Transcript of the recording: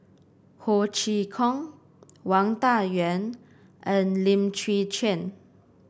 Ho Chee Kong Wang Dayuan and Lim Chwee Chian